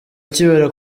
kibera